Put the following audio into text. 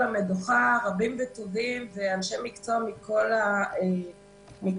המדוכה רבים וטובים אנשי מקצוע מכל הגוונים